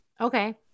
okay